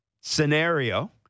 scenario